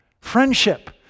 friendship